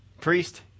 priest